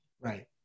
Right